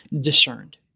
discerned